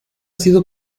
sido